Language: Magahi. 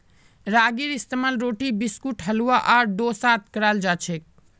रागीर इस्तेमाल रोटी बिस्कुट हलवा आर डोसात कराल जाछेक